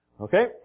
Okay